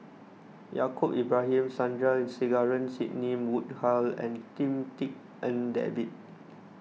Yaacob Ibrahim Sandrasegaran Sidney Woodhull and Lim Tik En David